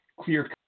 clear